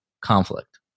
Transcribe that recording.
conflict